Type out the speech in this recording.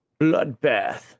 Bloodbath